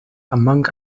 among